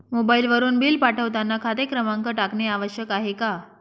मोबाईलवरून बिल पाठवताना खाते क्रमांक टाकणे आवश्यक आहे का?